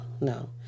no